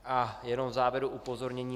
A jenom v závěru upozornění.